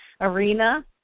arena